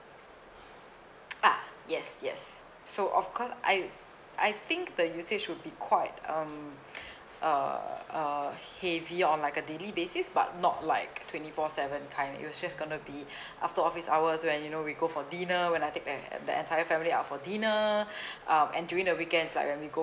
ah yes yes so of course I I think the usage should be quite um uh uh heavy on like a daily basis but not like twenty four seven kind it'll just gonna be after office hours when you know we go for dinner when I take the the entire family out for dinner um and during the weekends like when we go